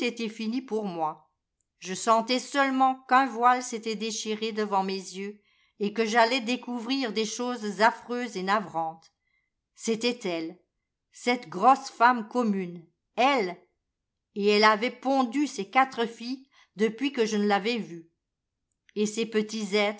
pour moi je sentais seulement qu'un voile s'était déchiré devant mes yeux et que j'allais découvrir des choses affreuses et navrantes c'était elle cette grosse femme commune elle et elle avait pondu ces quatre filles depuis que je ne l'avais vue et ces petits